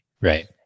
Right